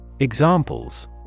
Examples